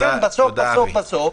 לכן בסוף-בסוף,